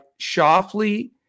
Shoffley